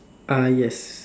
ah yes